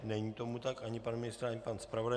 Není tomu tak, ani pan ministr, ani pan zpravodaj.